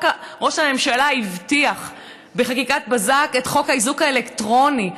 ראש הממשלה הבטיח בחקיקת בזק את חוק האיזוק האלקטרוני,